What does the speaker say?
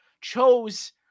chose